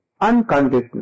unconditional